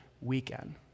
weekend